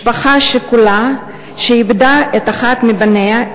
משפחה שכולה שאיבדה את אחד מבניה,